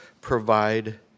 provide